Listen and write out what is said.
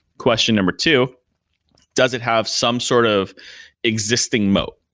question number two doesn't have some sort of existing mote,